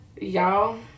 y'all